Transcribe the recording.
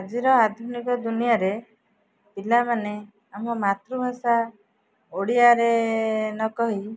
ଆଜିର ଆଧୁନିକ ଦୁନିଆରେ ପିଲାମାନେ ଆମ ମାତୃଭାଷା ଓଡ଼ିଆରେ ନ କହି